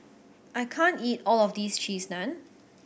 I can't eat all of this Cheese Naan